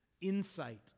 insight